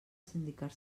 sindicar